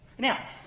Now